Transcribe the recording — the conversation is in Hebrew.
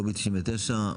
לובי 99,